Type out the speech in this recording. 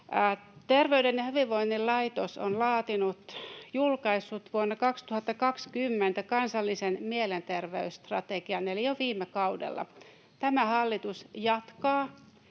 Terveyden ja hyvinvoinnin laitos on julkaissut vuonna 2020 kansallisen mielenterveysstrategian eli jo viime kaudella. Tämä hallitus jatkaa